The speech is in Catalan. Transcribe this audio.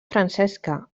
francesca